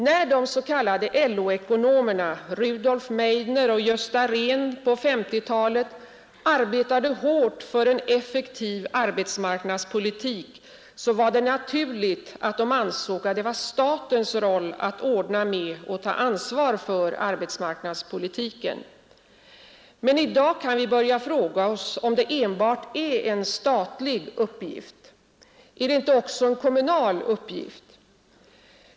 När de s.k. LO-ekonomerna Rudolf Meidner och Gösta Rehn på 1950-talet arbetade hårt för en effektiv arbetsmarknadspolitik var det naturligt att de ansåg att det var statens roll att ordna med och ta ansvar för arbetsmarknadspolitiken. Men i dag kan vi bara fråga oss, om detta enbart är en statlig uppgift. Är det inte också en kommunal uppgift?